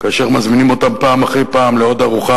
כאשר מזמינים אותם פעם אחרי פעם לעוד ארוחה,